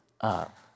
up